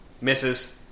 Misses